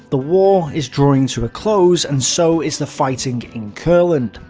the war is drawing to a close, and so is the fighting in courland.